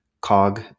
cog